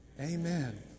Amen